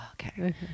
Okay